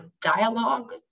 dialogue